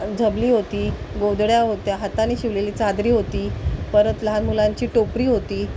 आणि झबली होती गोधड्या होत्या हाताने शिवलेली चादरी होती परत लहान मुलांची टोपरी होती